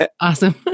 Awesome